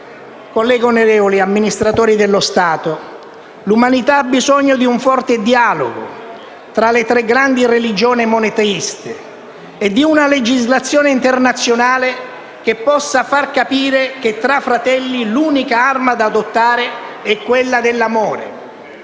Colleghi onorevoli, amministratori dello Stato, l'umanità ha bisogno di un forte dialogo tra le tre grandi religioni monoteiste e di una legislazione internazionale che possa far capire che tra fratelli l'unica arma da adottare è quella dell'amore.